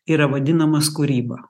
yra vadinamas kūryba